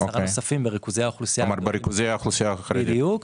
והנוספים בריכוזי האוכלוסייה החרדים.